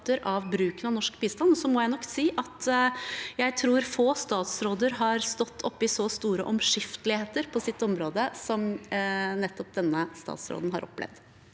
så må jeg nok si at jeg tror få statsråder har stått oppe i så store omskifteligheter på sitt område som nettopp denne statsråden har opplevd.